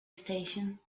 station